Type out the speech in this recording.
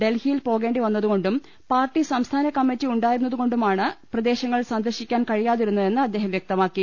ഡൽഹിയിൽ പോകേണ്ടി വന്നതുകൊണ്ടും പാർട്ടി സംസ്ഥാന കമ്മിറ്റി ഉണ്ടായിരുന്നതുകൊണ്ടുമാണ് പ്രദേശങ്ങൾ സന്ദർശിക്കാൻ കഴിയാതിരുന്നതെന്ന് അദ്ദേഹം വ്യക്തമാക്കി